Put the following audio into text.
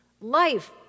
Life